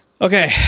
Okay